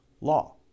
law